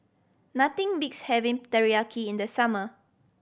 nothing beats having Teriyaki in the summer